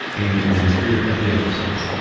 and in the spirit of the exercise,